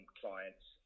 clients